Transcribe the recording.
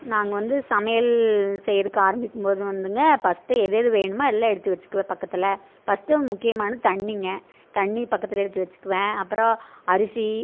நாங்கள் வந்து சமையல் செய்யிறதுக்கு ஆரமிக்கும் போது வந்துங்க ஃபஸ்ட்டே எதெது வேணுமோ எல்லாம் எடுத்து வச்சிக்குவேன் பக்கத்தில் ஃபஸ்ட் முக்கியமான தண்ணிங்க தண்ணி பக்கத்தில் எடுத்து வச்சிக்குவேன் அப்பறம் அரிசி